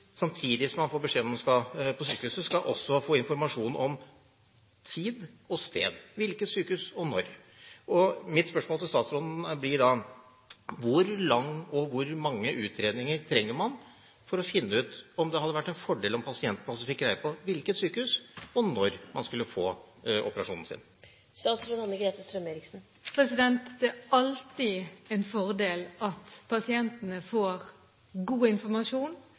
samtidig som han får beskjed om at han skal på sykehus, også skal få informasjon om tid og sted – hvilket sykehus og når. Mitt spørsmål til statsråden blir da: Hvor lange og hvor mange utredninger trenger man for å finne ut om det hadde vært en fordel om pasienten også fikk greie på på hvilket sykehus og når han skal få operasjonen sin? Det er alltid en fordel at pasienten får god informasjon